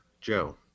Joe